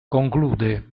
conclude